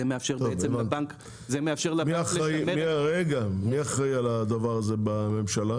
זה מאפשר לבנק לשמר את ה --- מי אחראי על הדבר הזה בממשלה?